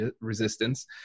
resistance